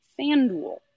FanDuel